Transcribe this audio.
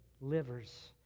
livers